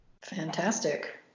Fantastic